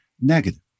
negative